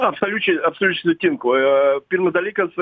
absoliučiai absoliučiai sutinku pirmas dalykas